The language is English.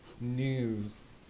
News